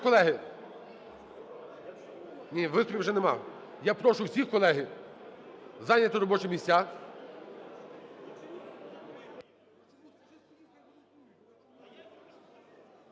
Я прошу всіх, колеги, зайняти робочі місця.